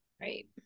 Right